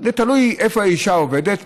זה תלוי איפה האישה עובדת,